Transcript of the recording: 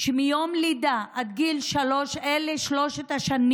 שמיום לידה עד גיל שלוש אלה שלוש השנים